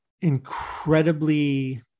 incredibly